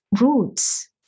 roots